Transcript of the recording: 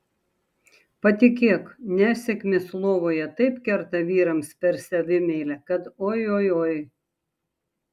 patikėk nesėkmės lovoje taip kerta vyrams per savimeilę kad oi oi oi